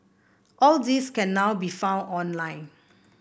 all these can now be found online